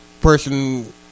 person